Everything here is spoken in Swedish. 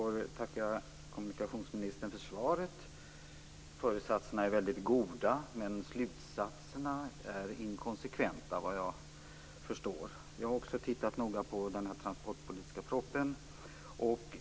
Fru talman! Jag får tacka kommunikationsministern för svaret. Föresatserna är väldigt goda, men slutsatserna är såvitt jag förstår inkonsekventa. Jag har också tittat noga på den transportpolitiska propositionen.